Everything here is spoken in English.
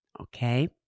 Okay